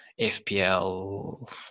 FPL